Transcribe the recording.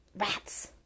rats